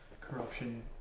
corruption